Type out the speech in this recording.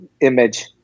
image